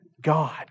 God